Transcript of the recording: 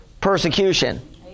persecution